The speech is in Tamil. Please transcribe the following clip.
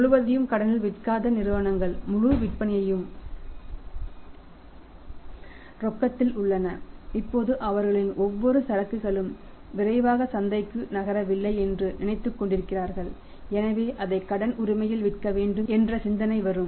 முழுவதையும் கடனில் விற்காத நிறுவனங்களின் முழு விற்பனையும் ரொக்கதில் உள்ளன இப்போது அவர்களின் ஒவ்வொரு சரக்குகளும் விரைவாக சந்தைக்கு நகரவில்லை என்று நினைத்துக்கொண்டிருக்கிறார்கள் எனவே அதை கடன் உரிமையில் விற்க வேண்டும் என்ற சிந்தனை வரும்